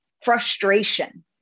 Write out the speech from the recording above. frustration